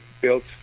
built